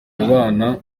abana